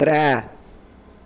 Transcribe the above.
त्रै